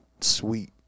sweet